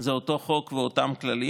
זה אותו חוק ואותם כללים.